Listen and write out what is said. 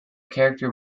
character